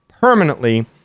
permanently